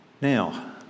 Now